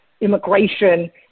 immigration